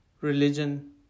religion